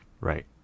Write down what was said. Right